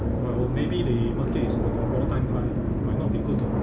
uh maybe the market is on a all time high might not be good to